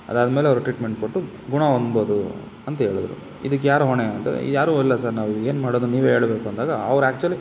ಅದಾದ ಮೇಲೆ ಅವ್ರು ಟ್ರೀಟ್ಮೆಂಟ್ ಕೊಟ್ಟು ಗುಣ ಹೊಂದ್ಬೋದು ಅಂತ ಹೇಳದ್ರು ಇದಕ್ಕೆ ಯಾರು ಹೊಣೆ ಅಂತ ಯಾರೂ ಇಲ್ಲ ಸರ್ ನಾವು ಏನು ಮಾಡೋದು ಅಂತ ನೀವೇ ಹೇಳ್ಬೇಕು ಅಂದಾಗ ಅವ್ರು ಆ್ಯಕ್ಚುಲಿ